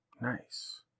nice